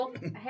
Hey